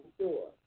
sure